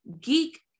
geek